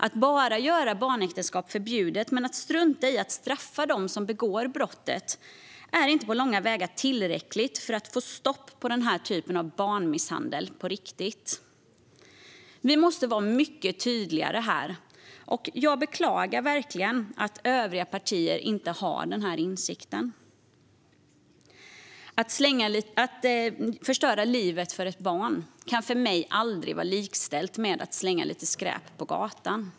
Att bara göra barnäktenskap förbjudet men strunta i att straffa dem som begår brottet är inte på långa vägar tillräckligt för att få stopp på den här typen av barnmisshandel på riktigt. Vi måste vara mycket tydligare här, och jag beklagar verkligen att övriga partier inte har denna insikt. Att förstöra livet för ett barn kan för mig aldrig vara likställt med att slänga lite skräp på gatan.